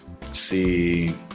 see